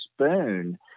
spoon